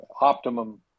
...optimum